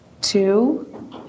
two